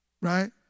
Right